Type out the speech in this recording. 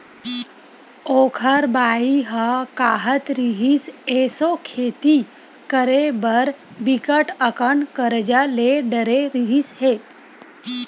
ओखर बाई ह काहत रिहिस, एसो खेती करे बर बिकट अकन करजा ले डरे रिहिस हे